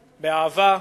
באהבה,